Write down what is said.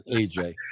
AJ